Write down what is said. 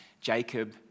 Jacob